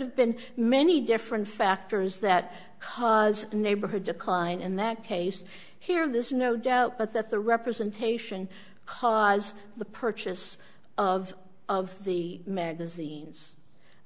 have been many different factors that cause neighborhood decline in that case here there's no doubt but that the representation cause the purchase of of the magazines